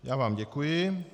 Já vám děkuji.